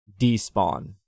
despawn